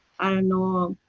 know,